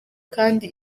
kandi